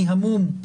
אני המום,